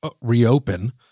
reopen